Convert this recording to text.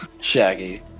shaggy